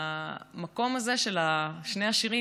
ובמקום הזה של שני השירים,